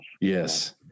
Yes